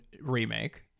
remake